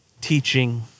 teaching